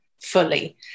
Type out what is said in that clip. fully